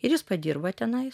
ir jis padirba tenais